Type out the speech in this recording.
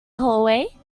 hallway